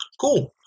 Cool